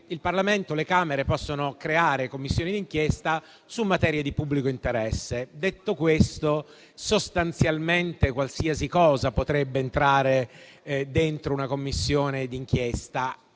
dice che le Camere possono creare Commissioni di inchiesta su materie di pubblico interesse. Detto questo, sostanzialmente qualsiasi cosa potrebbe entrare dentro una Commissione di inchiesta.